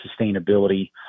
sustainability